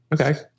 Okay